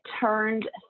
turned